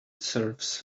serves